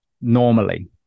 Normally